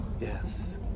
yes